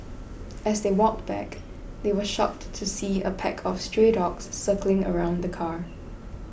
as they walked back they were shocked to see a pack of stray dogs circling around the car